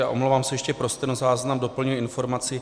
Omlouvám se, ještě pro stenozáznam doplňuji informaci.